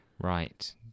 Right